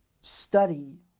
study